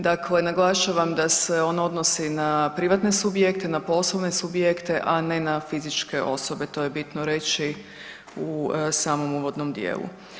Dakle, naglašavam da se ono odnosi na privatne subjekte, na poslovne subjekte, a ne na fizičke osobe, to je bitno reći u samom uvodnom dijelu.